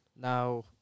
Now